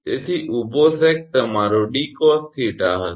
તેથી ઊભો સેગ તમારો 𝑑cos𝜃 હશે